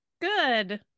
Good